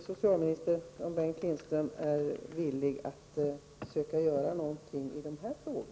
Är Bengt Lindqvist villig att försöka göra något i denna fråga?